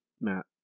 matt